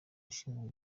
ushinzwe